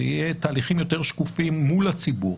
יהיו תהליכים יותר שקופים מול הציבור,